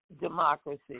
democracy